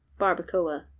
barbacoa